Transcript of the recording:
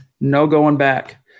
no-going-back